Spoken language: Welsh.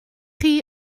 chi